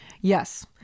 Yes